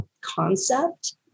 concept